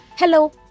Hello